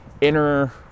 inner